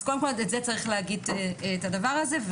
אז קודם כל, צריך להגיד את הדבר הזה.